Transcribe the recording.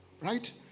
Right